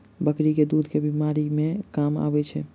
बकरी केँ दुध केँ बीमारी मे काम आबै छै?